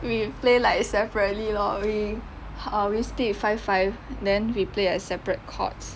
we play like separately lor we err we split five five then we play at separate courts